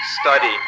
study